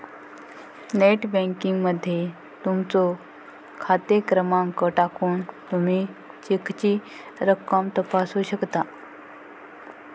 net banking मध्ये तुमचो खाते क्रमांक टाकून तुमी चेकची रक्कम तपासू शकता